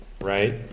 right